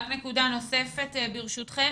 נקודה נוספת, ברשותכם.